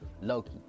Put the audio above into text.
Loki